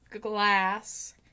glass